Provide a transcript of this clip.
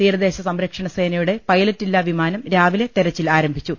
തീരദേശ സംരക്ഷണ സേനയുടെ പൈലറ്റില്ലാ വിമാനം രാവിലെ തെരച്ചിൽ ആരംഭിച്ചു